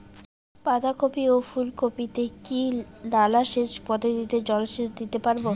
বাধা কপি ও ফুল কপি তে কি নালা সেচ পদ্ধতিতে জল দিতে পারবো?